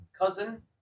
cousin